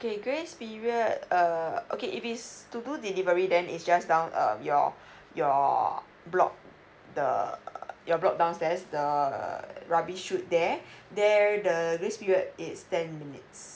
okay grace period err okay if it's to do delivery then is just down uh your your block the your block downstairs the rubbish chute there there the grace period is ten minutes